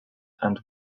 and